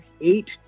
eight